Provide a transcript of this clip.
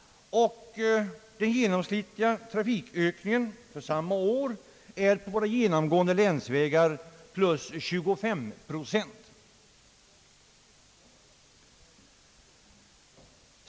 Den genomsnittliga trafikökningen för samma år är när det gäller våra genomgående länsvägar 25 procent.